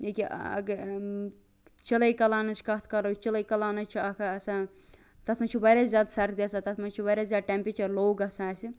ییٚکیاہ اگر چِلے کَلانچ کتھ کرو چلے کلان چھ اکھ آسان تتھ مَنٛز چھِ واریاہ زیاد سردی آسان چھ واریاہ زیادٕ ٹیٚمپیچر لو گَژھان اَسہِ